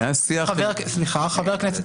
חבר הכנסת,